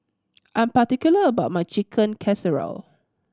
I am particular about my Chicken Casserole